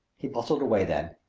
he bustled away then,